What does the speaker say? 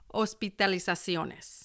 hospitalizaciones